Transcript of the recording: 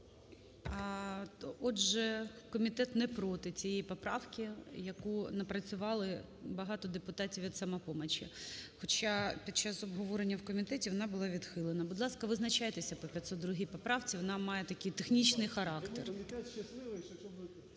отже, комітет не проти цієї поправки, яку напрацювали багато депутатів від "Самопомочі", хочапід час обговорення в комітеті вона була відхилена. Будь ласка, визначайтеся по 502 поправці, вона має такий технічний характер.